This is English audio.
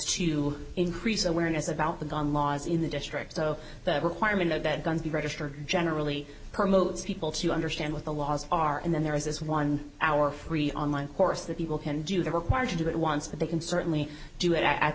to increase awareness about the gun laws in the district so that requirement that guns be registered generally promotes people to understand what the laws are and then there is this one hour free online course that people can do the required to do it once but they can certainly do it at